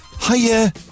Hiya